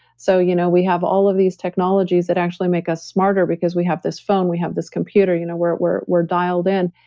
so you know, we have all of these technologies that actually make us smarter because we have this phone, we have this computer, you know we're we're dialed in,